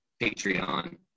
Patreon